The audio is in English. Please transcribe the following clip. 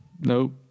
Nope